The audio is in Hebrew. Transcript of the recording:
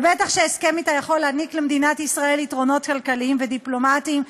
ובטח שהסכם אתה יכול להעניק למדינת ישראל יתרונות כלכליים ודיפלומטיים,